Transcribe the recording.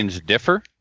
differ